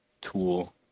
tool